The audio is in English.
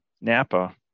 Napa